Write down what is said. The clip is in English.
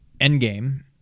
Endgame